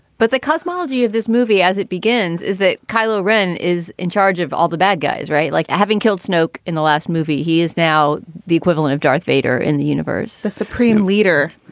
but the cosmology of this movie, as it begins, is that kylo ren is in charge of all the bad guys. right. like having killed snook in the last movie, he is now the equivalent of darth vader in the universe the supreme leader.